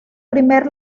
primer